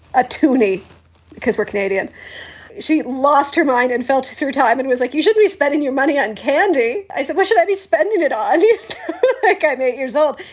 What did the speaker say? a tunie because we're canadian she lost her mind and felt through time and was like, you shouldn't be spending your money on candy. i said, what should i be spending it on and i'm eight years old?